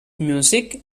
music